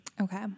Okay